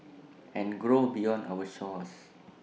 and grow beyond our shores